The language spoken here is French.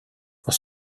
pour